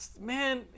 man